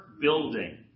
building